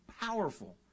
powerful